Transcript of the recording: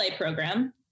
program